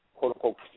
Quote-unquote